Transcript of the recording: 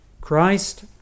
Christ